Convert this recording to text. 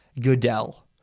Goodell